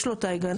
יש לו את ההגנות,